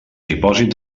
dipòsit